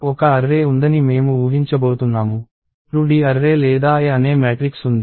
ఒక అర్రే ఉందని మేము ఊహించబోతున్నాము 2D అర్రే లేదా A అనే మ్యాట్రిక్స్ ఉంది